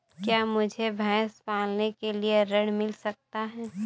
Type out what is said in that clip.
क्या मुझे भैंस पालने के लिए ऋण मिल सकता है?